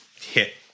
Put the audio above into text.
hit